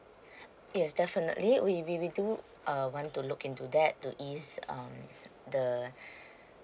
yes definitely we we do uh want to look into that to ease um the